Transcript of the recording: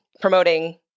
promoting